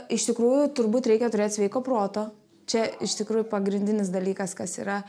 iš tikrųjų turbūt reikia turėt sveiko proto čia iš tikrųjų pagrindinis dalykas kas yra